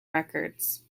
records